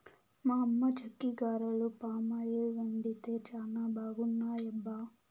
మా అమ్మ చెక్కిగారెలు పామాయిల్ వండితే చానా బాగున్నాయబ్బా